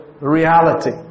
reality